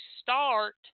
start